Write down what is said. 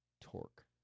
torque